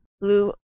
blue